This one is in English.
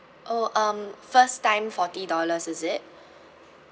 oh um first time forty dollars is it